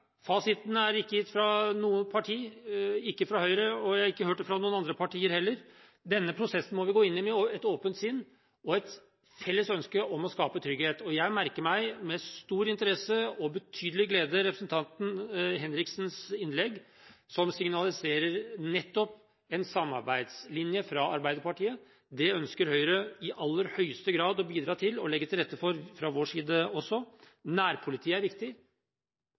Fasiten er ikke gitt fra noe parti, ikke fra Høyre og jeg har ikke hørt det fra noen andre partier heller. Denne prosessen må vi gå inn i med et åpent sinn og et felles ønske om å skape trygghet. Jeg merker meg med stor interesse og betydelig glede representanten Henriksens innlegg, som signaliserer nettopp en samarbeidslinje fra Arbeiderpartiet. Det ønsker Høyre i aller høyeste grad å bidra til og legge til rette for fra vår side også. Nærpoliti er viktig,